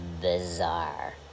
bizarre